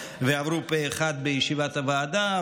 ועברו פה אחד בישיבת הוועדה.